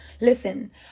Listen